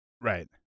Right